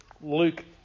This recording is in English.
Luke